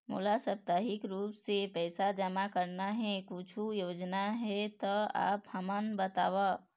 मोला साप्ताहिक रूप से पैसा जमा करना हे, कुछू योजना हे त आप हमन बताव?